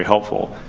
helpful.